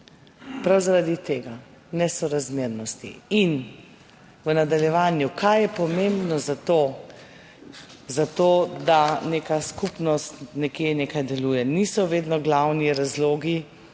prav zaradi te nesorazmernosti. In v nadaljevanju, kaj je pomembno za to, da neka skupnost nekje deluje. Niso vedno glavni razlogi